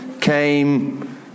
came